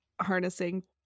harnessing